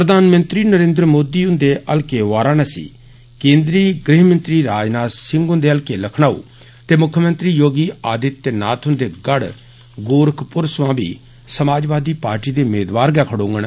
प्रधानमंत्री नरेन्द्र मोदी हुन्दे हल्के वाराणसी केन्द्री गृहमंत्री राजनाथ सिंह हुन्दे हल्के लखनऊ ते मुक्खमंत्री योगी आदित्यनाथ हुन्दे गढ़ गोरखपुर थमां बी समाजवादी पॉर्टी दे मेदवार गै खड़ोंगन